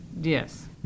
Yes